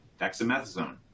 dexamethasone